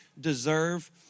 deserve